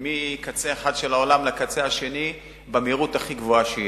מקצה אחד של העולם לקצה השני במהירות הכי גבוהה שיש.